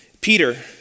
Peter